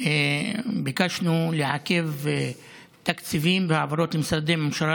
ביקשנו לעכב תקציבים והעברות למשרדי ממשלה,